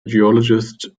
geologist